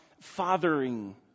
fathering